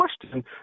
question